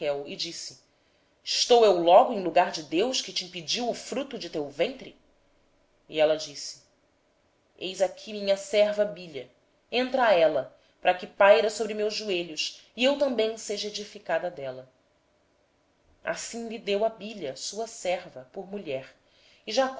e disse porventura estou eu no lugar de deus que te impediu o fruto do ventre respondeu ela eis aqui minha serva bila recebe a por mulher para que ela dê à luz sobre os meus joelhos e eu deste modo tenha filhos por ela assim lhe deu a bila sua serva por mulher e jacó